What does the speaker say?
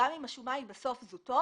גם אם השומה היא בסוף זוטות,